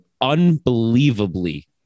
unbelievably